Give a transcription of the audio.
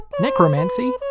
Necromancy